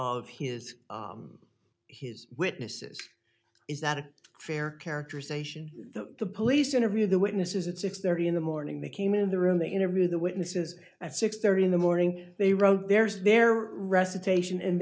of his his witnesses is that a fair characterization that the police interview the witnesses at six thirty in the morning they came in the room they interviewed the witnesses at six thirty in the morning they wrote there's their recitation in